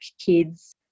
kids